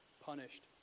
punished